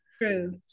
True